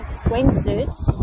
swimsuits